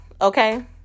okay